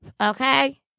Okay